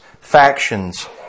factions